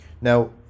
Now